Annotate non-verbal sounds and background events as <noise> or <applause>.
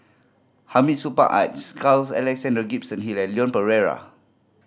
Hamid Supaat <unintelligible> Carl Alexander Gibson Hill and Leon Perera